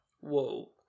Whoa